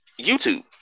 YouTube